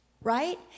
right